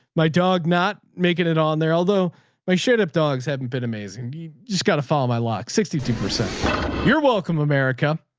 my dog not making it on there. although my shared up dogs, haven't been amazing. he just got to follow my lock sixty two. you're welcome america.